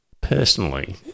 Personally